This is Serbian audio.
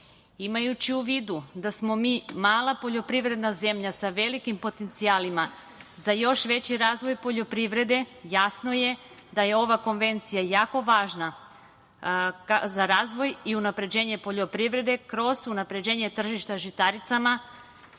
godinu. Imajući u vidu da smo mi mala poljoprivredna zemlja sa velikim potencijalima, za još veći razvoj poljoprivrede jasno je da je ova Konvencija jako važna za razvoj i unapređenje poljoprivrede kroz unapređenje tržišta žitaricama,